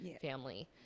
family